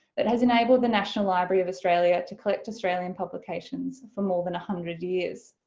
that has enabled the national library of australia to collect australian publications for more than a hundred years.